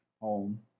home